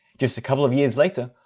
just a couple of years later,